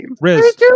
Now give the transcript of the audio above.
Riz